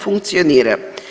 funkcionira.